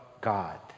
God